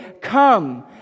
come